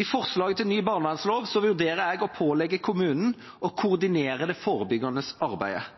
I forslaget til ny barnevernslov vurderer jeg å pålegge kommunene å koordinere det forebyggende arbeidet.